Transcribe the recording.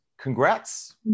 Congrats